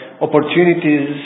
opportunities